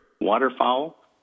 waterfowl